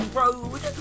road